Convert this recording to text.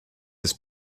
his